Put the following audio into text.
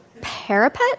parapet